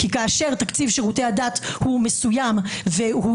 כי כאשר תקציב שירותי הדת הוא מסוים והוא